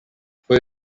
foje